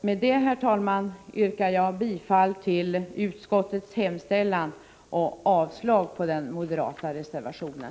Med detta, herr talman, yrkar jag bifall till utskottets hemställan och avslag på den moderata reservationen.